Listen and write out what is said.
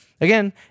again